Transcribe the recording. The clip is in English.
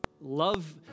love